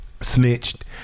snitched